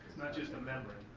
not just a membrane?